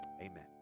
amen